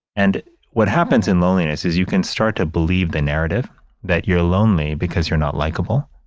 and what happens in loneliness is you can start to believe the narrative that you're lonely because you're not likable,